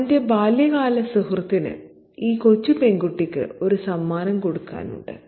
അവന്റെ ബാല്യ കാല സുഹൃത്തിന് ഈ കൊച്ചു പെൺകുട്ടിക്ക് ഒരു സമ്മാനം കൊടുക്കാനുണ്ട്